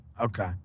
Okay